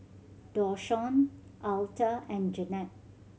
Dashawn Alta and Janet